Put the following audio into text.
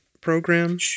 program